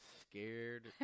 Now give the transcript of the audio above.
scared